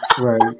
right